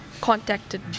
contacted